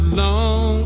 long